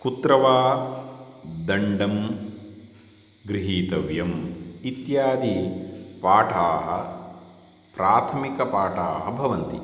कुत्र वा दण्डं गृहीतव्यम् इत्यादि पाठाः प्राथमिकपाठाः भवन्ति